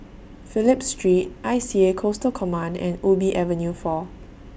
Phillip Street I C A Coastal Command and Ubi Avenue four